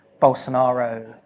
Bolsonaro